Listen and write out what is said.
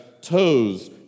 toes